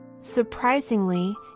Surprisingly